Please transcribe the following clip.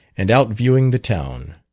and out viewing the town.